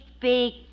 big